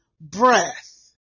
breath